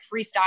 freestyle